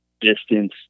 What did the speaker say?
distance